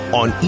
on